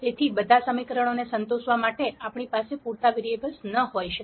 તેથી બધા સમીકરણોને સંતોષવા માટે આપણી પાસે પૂરતા વેરીએબલ્સ ન હોઈ શકે